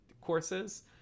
courses